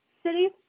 City